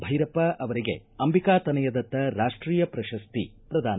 ಭೈರಪ್ಪ ಅವರಿಗೆ ಅಂಬಿಕಾತನಯದತ್ತ ರಾಷ್ಷೀಯ ಪ್ರಶಸ್ತಿ ಪ್ರದಾನ